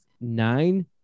nine